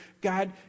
God